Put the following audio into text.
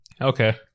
Okay